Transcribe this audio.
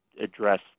address